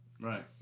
Right